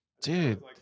Dude